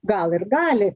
gal ir gali